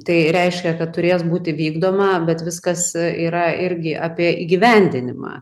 tai reiškia kad turės būti vykdoma bet viskas yra irgi apie įgyvendinimą